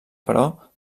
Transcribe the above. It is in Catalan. però